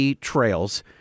trails